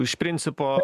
iš principo